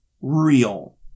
real